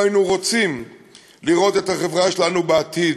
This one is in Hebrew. היינו רוצים לראות את החברה שלנו בעתיד.